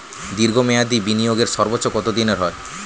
দীর্ঘ মেয়াদি বিনিয়োগের সর্বোচ্চ কত দিনের হয়?